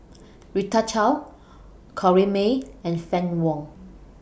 Rita Chao Corrinne May and Fann Wong